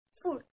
food